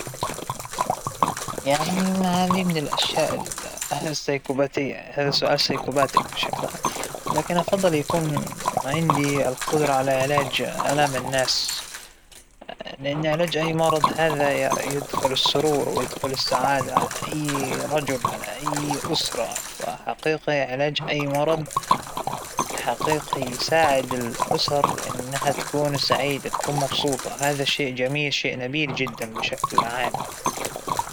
أعتقد إنى راح أختار القدرة على ال على علاج أى مرض، تجنب الأمراض تجنب ال فقد الأشخاص، أعتقد هذا الشى بيأثر علينا كأفراد، أنه أى دكتور فيه أنه يعالج مرض، أكيد بيكون فخور بحاله ، فخور بالمنظمة تبعوا.